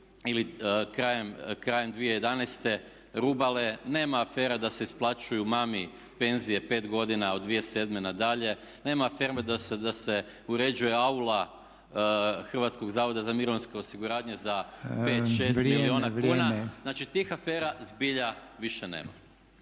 ili krajem 2011. Rubala, nema afera da se isplaćuju mami penzije 5 godina od 2007. nadalje, nema afere da se uređuje aula HZMO-a za 5, 6 milijuna kuna. Znači tih afera zbilja više nema.